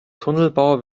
tunnelbau